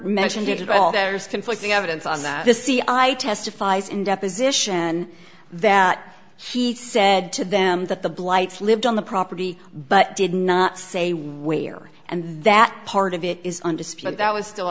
mentioned it at all there's conflicting evidence on that the c i testifies in deposition that she said to them that the blights lived on the property but did not say where and that part of it is undisputed that was still